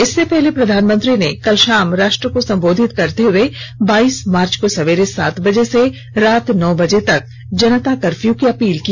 इससे पहले प्रधानमंत्री ने कल शाम राष्ट्र को संबोधित करते हए बाईस मार्च को सवेरे सात बजे से रात नौ बजे तक जनता कर्फ्यू की अपील की